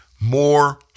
more